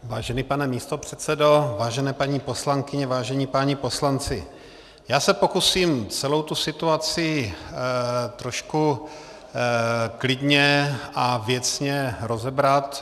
Vážený pane místopředsedo, vážené paní poslankyně, vážení páni poslanci, já se pokusím celou tu situaci trošku klidně a věcně rozebrat.